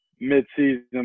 mid-season